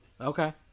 Okay